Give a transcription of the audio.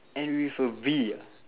end with a V ah